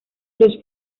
los